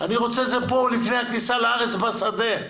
אני רוצה את זה פה לפני הכניסה לארץ, בשדה.